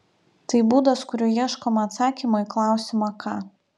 tai būdas kuriuo ieškoma atsakymo į klausimą ką